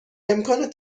امکان